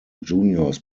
juniors